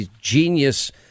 genius